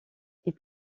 est